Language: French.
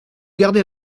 gardez